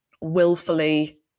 willfully